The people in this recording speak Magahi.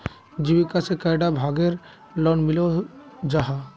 जीविका से कैडा भागेर लोन मिलोहो जाहा?